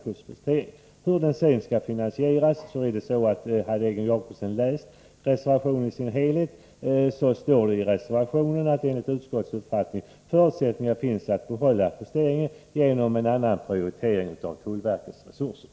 Beträffande finansieringen vill jag säga: Hade Egon Jacobsson läst reservationen i sin helhet hade han funnit att det står: ”Med en annan prioritering av tullverkets resurser bör enligt utskottets uppfattning förutsättningar finnas att behålla posteringen.”